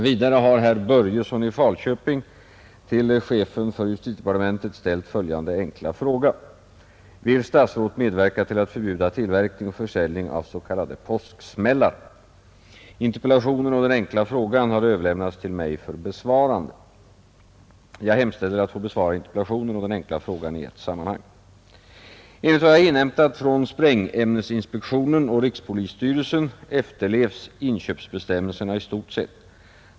Vidare har herr Bengt Börjesson i Falköping till chefen för justitiedepartementet ställt följande enkla fråga: Interpellationen och den enkla frågan har överlämnats till mig för besvarande. Jag hemställer att få besvara interpellationen och den enkla frågan i ett sammanhang. Enligt vad jag inhämtat från sprängämnesinspektionen och rikspolis styrelsen efterlevs inköpsbestämmelserna i stort sett.